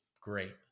great